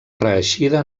reeixida